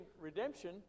redemption